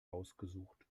ausgesucht